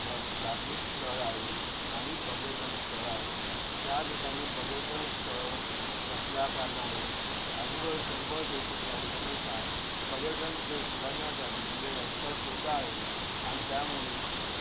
ध धार्मिक स्थळ आहे आणि पर्यटन स्थळ आहे त्या ठिकाणी पर्यटन स्थळ असल्याकारणाने आजोबा सर्व लोकं त्या ठिकाणी येतात पर्यटन ते सुधारण्यासाठी तिथे रस्ता छोटा आहे आणि त्यामुळे